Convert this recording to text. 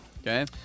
Okay